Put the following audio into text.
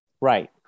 Right